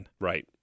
Right